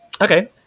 Okay